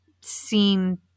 seen